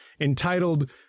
entitled